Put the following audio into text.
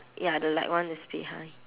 ya the light one is behind